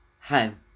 home